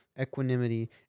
equanimity